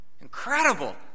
Incredible